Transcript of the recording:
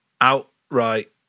outright